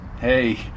Hey